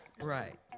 right